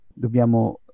dobbiamo